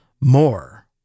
more